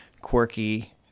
Quirky